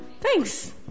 thanks